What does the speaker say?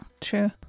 true